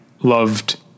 loved